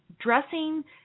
dressing